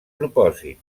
propòsit